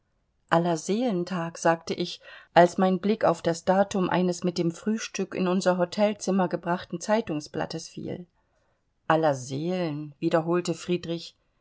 allerseelentag sagte ich als mein blick auf das datum eines mit dem frühstück in unser hotelzimmer gebrachten zeitungsblattes fiel allerseelen wiederholte friedrich